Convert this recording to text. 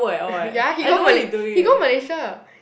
ya he go Malay he go Malaysia